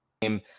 game